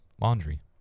Laundry